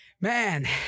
Man